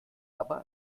aber